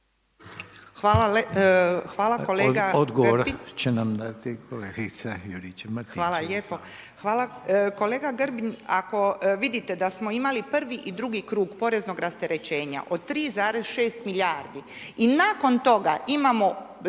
Hvala kolega Bulj.